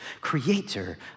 creator